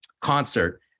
concert